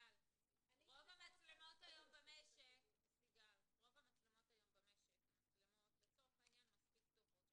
רוב המצלמות היום במשק הם מצלמות לצורך העניין מספיק טובות.